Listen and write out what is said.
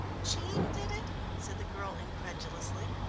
jean did it? said the girl incredulously.